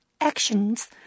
actions